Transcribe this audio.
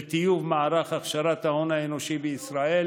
לטיוב מערך הכשרת ההון האנושי בישראל